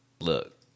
look